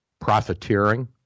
profiteering